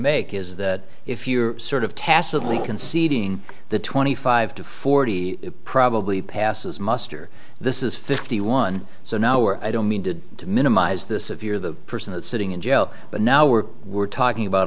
make is that if you're sort of tacitly conceding the twenty five to forty probably passes muster this is fifty one so now we're i don't mean to minimize this if you're the person that's sitting in jail but now we're we're talking about